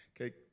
Okay